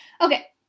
Okay